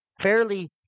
fairly